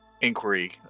Inquiry